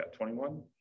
21